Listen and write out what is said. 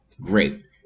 great